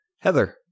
Heather